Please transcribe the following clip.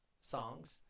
songs